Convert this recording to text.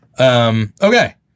Okay